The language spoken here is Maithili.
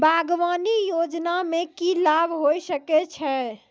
बागवानी योजना मे की लाभ होय सके छै?